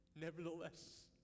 Nevertheless